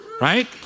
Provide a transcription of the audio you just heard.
Right